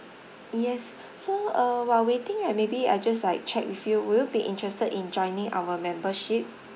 yes so uh while waiting right maybe I just like check with you will be interested in joining our membership